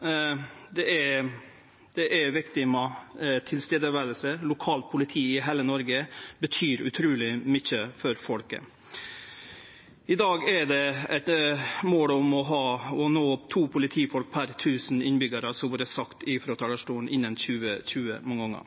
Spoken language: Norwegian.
objektene. Det er viktig med nærvær. Lokalt politi i heile Noreg betyr utruleg mykje for folk. I dag er det eit mål om å nå to politifolk per tusen innbyggjarar innan 2020, som det har vore sagt frå talarstolen mange